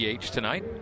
tonight